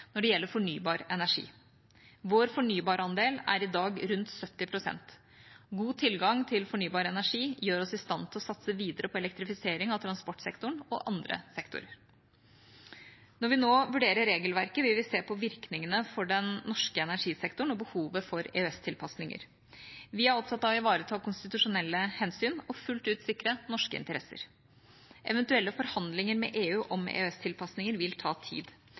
når det gjelder fornybar energi. Vår fornybarandel er i dag rundt 70 pst. God tilgang på fornybar energi gjør oss i stand til å satse videre på elektrifisering av transportsektoren og andre sektorer. Når vi nå vurderer regelverket, vil vi se på virkningene for den norske energisektoren og behovet for EØS-tilpasninger. Vi er opptatt av å ivareta konstitusjonelle hensyn og fullt ut sikre norske interesser. Eventuelle forhandlinger med EU om EØS-tilpasninger vil ta tid.